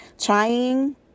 Trying